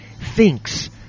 thinks